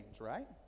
right